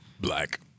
Black